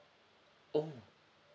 oh